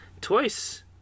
Twice